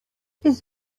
his